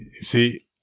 See